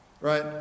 right